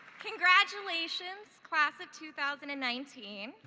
congratulations class of two thousand and nineteen.